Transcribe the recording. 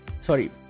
sorry